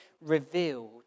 revealed